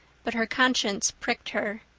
but her conscience pricked her.